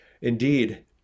indeed